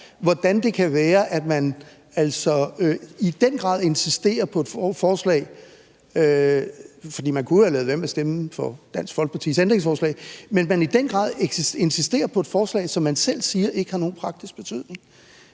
hvordan det kan være, at man i den grad insisterer på et forslag – for man kunne jo have ladet være med at stemme for Dansk Folkepartis ændringsforslag – som man selv siger ikke har nogen praktisk betydning.